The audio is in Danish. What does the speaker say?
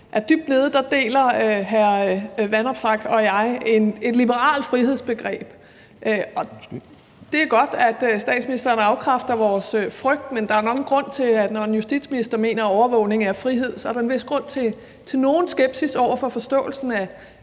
jeg dybt nede deler et liberalt frihedsbegreb, og det er godt, at statsministeren afkræfter vores frygt. Men når en justitsminister mener, at overvågning er frihed, så er der nok en grund til nogen skepsis over for forståelsen af